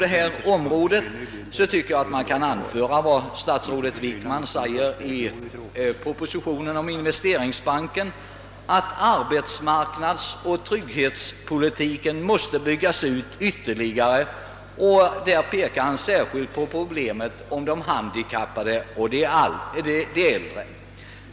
Statsrådet Wickman anförde emellertid i propositionen om investeringsbanken, att arbetsmarknadsoch trygghetspolitiken måste byggas ut ytterligare, och han pekade särskilt på problemen för de handikappade och de äldre.